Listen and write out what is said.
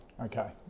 Okay